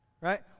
right